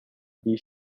bee